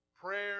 prayer